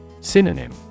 Synonym